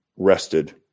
Rested